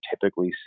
typically